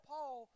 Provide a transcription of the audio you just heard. Paul